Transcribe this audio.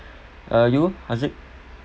uh you haziq